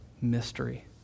mystery